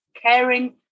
Caring